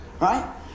Right